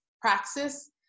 praxis